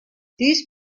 these